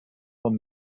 vom